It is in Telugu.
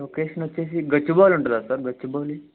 లొకేషన్ వచ్చేసి గచ్చిబౌలి ఉంటుందా సార్ గచ్చిబౌలి